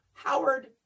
Howard